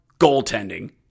goaltending